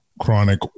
chronic